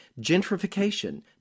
gentrification